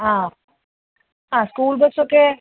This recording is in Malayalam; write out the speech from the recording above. ആ ആ സ്കൂൾ ബസ്സൊക്കെ